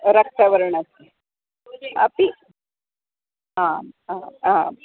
रक्तवर्णः अपि आम् आम् आम्